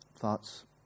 thoughts